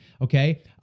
Okay